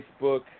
Facebook